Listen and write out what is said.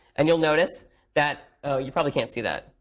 and you'll notice that you probably can't see that.